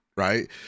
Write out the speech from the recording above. Right